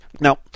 Now